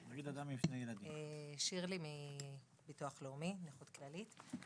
שירלי מביטוח לאומי, נכות כללית.